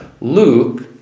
Luke